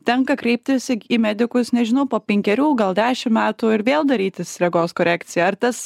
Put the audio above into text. tenka kreiptis į medikus nežinau po penkerių gal dešim metų ir vėl darytis regos korekciją ar tas